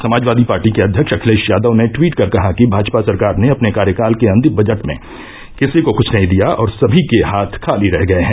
Samajwadi party के अध्यक्ष अखिलेश यादव ने ट्वीट कर कहा कि भाजपा सरकार ने अपने कार्यकाल के अंतिम बजट में किसी को कुछ नहीं दिया और सभी के हाथ खाली रह गए हैं